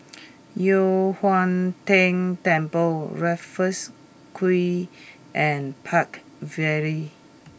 Yu Huang Tian Temple Raffles Quay and Park Vale